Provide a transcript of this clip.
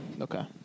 Okay